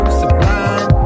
sublime